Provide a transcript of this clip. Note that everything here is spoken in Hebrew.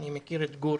אני מכיר את גור